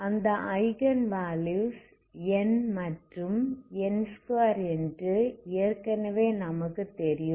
அந்த eigen values n மற்றும் n2என்று ஏற்கனவே நமக்கு தெரியும்